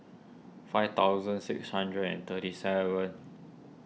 five thousand six hundred and thirty seven